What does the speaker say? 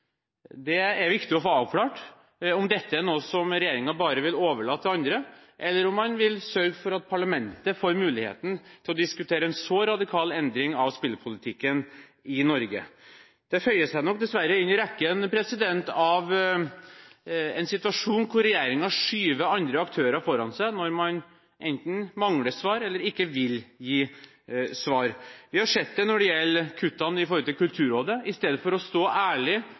Det er viktig å få avklart om dette er noe som regjeringen vil overlate til andre, eller om man vil sørge for at parlamentet får muligheten til å diskutere en så radikal endring av spillpolitikken i Norge. Det føyer seg nok dessverre inn i rekken av situasjoner hvor regjeringen skyver andre aktører foran seg når man enten mangler svar eller ikke vil gi svar. Vi har sett det i forbindelse med kuttene når det gjelder Kulturrådet. I stedet for å stå ærlig